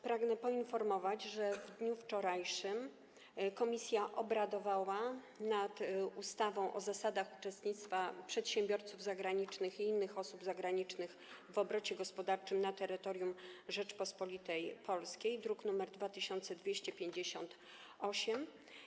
Pragnę poinformować, że w dniu wczorajszym komisja obradowała nad ustawą o zasadach uczestnictwa przedsiębiorców zagranicznych i innych osób zagranicznych w obrocie gospodarczym na terytorium Rzeczypospolitej Polskiej, druk nr 2258.